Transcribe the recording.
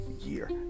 year